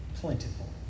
plentiful